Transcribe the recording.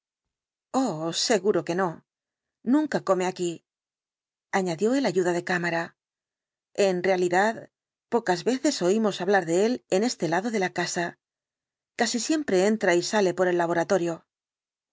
seguro que no nunca come aquí añadió el ayuda de cámara en realidad pocas veces oímos hablar de él en este lado de la casa casi siempre entra y sale por el laboratorio